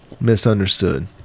misunderstood